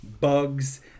Bugs